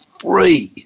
Free